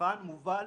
הנבחן מובל